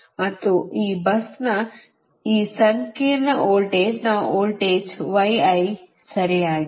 ಮತ್ತು ಈ busನ ಈ ಸಂಕೀರ್ಣ ವೋಲ್ಟೇಜ್ನ ವೋಲ್ಟೇಜ್ ಸರಿಯಾಗಿದೆ